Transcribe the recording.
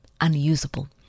unusable